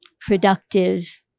productive